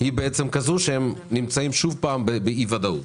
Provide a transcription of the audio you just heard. היא כזו שהם נמצאים שוב באי-ודאות.